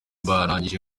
barangije